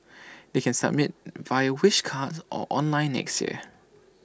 they can submit via wish cards or online next year